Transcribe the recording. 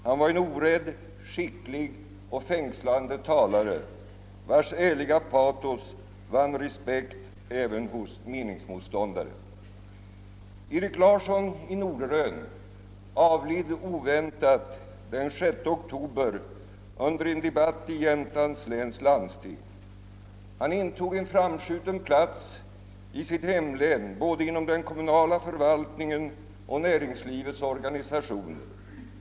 Han var en orädd, skicklig och fängslande talare, vars ärliga patos vann respekt även hos meningsmotståndare. Erik Larsson i Norderön avled helt oväntat den 6 oktober under en debatt i Jämtlands läns landsting. Han intog en framskjuten plats i sitt hemlän inom både den kommunala förvaltningen och näringslivets organisationer.